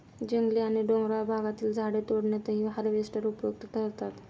जंगली आणि डोंगराळ भागातील झाडे तोडण्यातही हार्वेस्टर उपयुक्त ठरतात